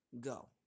go